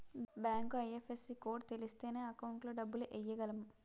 bank IFSC code తెలిస్తేనే account లో డబ్బులు ఎయ్యగలం